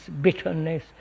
bitterness –